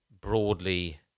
broadly